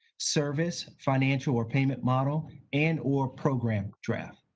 service, financial or payment model and or program draft.